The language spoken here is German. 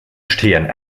stehen